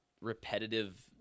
repetitive